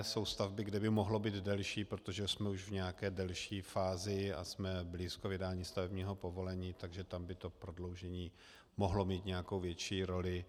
Jsou stavby, kde by mohlo být delší, protože jsme už v nějaké delší fázi a jsme blízko vydání stavebního povolení, takže tam by prodloužení mohlo mít nějakou větší roli.